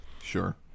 Sure